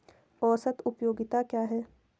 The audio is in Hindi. औसत उपयोगिता क्या है?